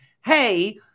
Hey